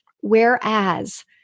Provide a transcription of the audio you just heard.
Whereas